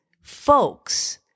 folks